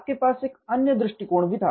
आपके पास एक अन्य दृष्टिकोण भी था